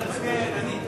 להצביע ידנית,